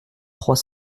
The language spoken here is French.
trois